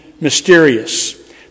mysterious